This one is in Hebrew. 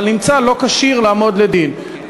אבל נמצא לא כשיר לעמוד לדין,